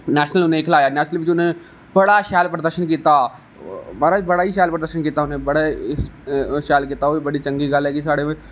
national उ''नेंगी खिलाया national बिच उनें बड़ा शैल प्रदर्शन कीता महाराज़ा गै शैल प्रदर्शन कीता उ'नें बड़ा शैल कीता ऐ बी बड़ी चंगी गल्ल ऐ